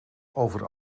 over